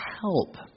help